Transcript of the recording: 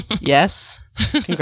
Yes